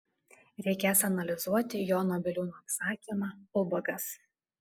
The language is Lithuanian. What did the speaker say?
reikės analizuoti jono biliūno apsakymą ubagas